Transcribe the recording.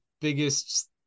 biggest